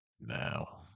now